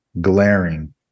glaring